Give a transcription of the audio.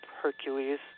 Hercules